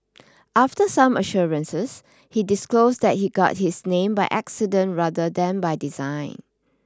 after some assurances he disclosed that he got his name by accident rather than by design